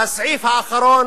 כמובן, הסעיף האחרון: